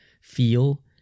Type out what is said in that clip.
feel